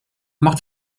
macht